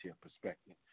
perspective